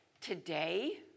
today